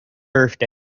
birthday